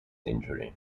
injury